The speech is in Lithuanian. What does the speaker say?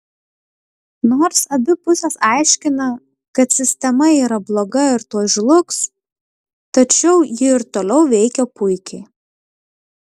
nors abi pusės aiškina kad sistema yra bloga ir tuoj žlugs tačiau ji ir toliau veikia puikiai